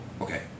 okay